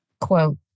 Quote